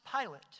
Pilate